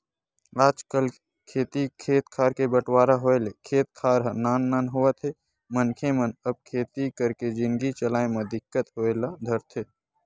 आजकल खेती खेत खार के बंटवारा होय ले खेत खार ह नान नान होवत हे मनखे मन अब खेती करके जिनगी चलाय म दिक्कत होय ल धरथे